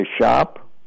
shop